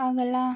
अगला